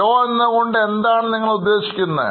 slow എന്നതുകൊണ്ട് എന്താണ് നിങ്ങൾ ഉദ്ദേശിക്കുന്നത്